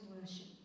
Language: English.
worship